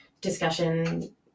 discussion